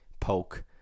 poke